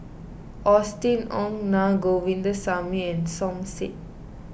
Austen Ong Na Govindasamy and Som Said